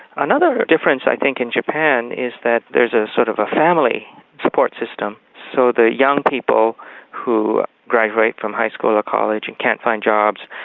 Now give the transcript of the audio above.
another difference i think in japan is that there's a sort of a family support system, so the young people who graduate from high school or college and can't find jobs,